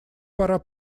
пора